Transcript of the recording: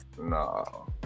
No